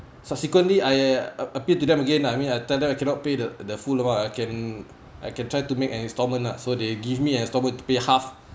subsequently I appealed to them again lah I mean I tell them I cannot pay the the full amount I can I can try to make an instalment lah so they give me an instalment to pay half